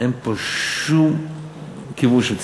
אין פה שום כיוון של צמיחה.